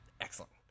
excellent